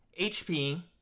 hp